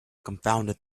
confounded